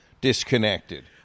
disconnected